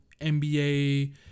NBA